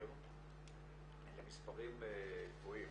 מכיר אלה מספרים גבוהים.